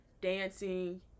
dancing